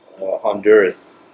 Honduras